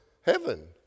heaven